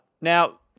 now